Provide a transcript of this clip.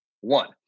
one